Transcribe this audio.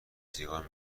سیگار